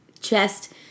chest